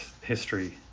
history